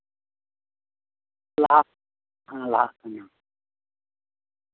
ᱪᱟᱥ ᱞᱟᱦᱟᱜ ᱠᱟᱱᱟ